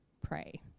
pray